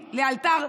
לאלתר,